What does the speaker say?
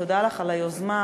תודה לך על היוזמה,